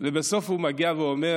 ובסוף הוא מגיע ואומר